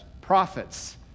prophets